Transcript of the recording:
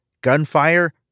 Gunfire